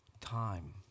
time